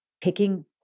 picking